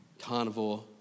carnivore